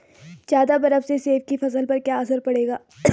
ज़्यादा बर्फ से सेब की फसल पर क्या असर पड़ेगा?